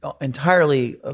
entirely